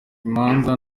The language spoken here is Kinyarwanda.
imanza